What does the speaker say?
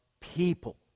people